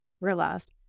realized